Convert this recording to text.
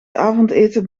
avondeten